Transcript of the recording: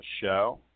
show